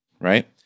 right